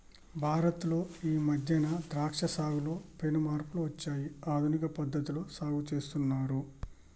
భారత్ లో ఈ మధ్యన ద్రాక్ష సాగులో పెను మార్పులు వచ్చాయి ఆధునిక పద్ధతిలో సాగు చేస్తున్నారు